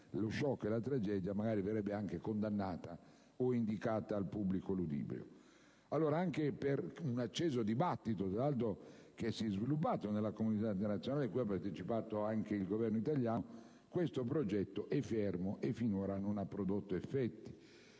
lo *shock* e la tragedia, magari verrebbe condannata o indicata al pubblico ludibrio. Anche per l'acceso dibattito sviluppatosi nella comunità internazionale, cui ha partecipato pure il Governo italiano, il progetto è fermo e finora non ha prodotto effetti.